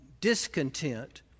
discontent